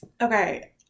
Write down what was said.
Okay